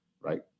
right